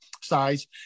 size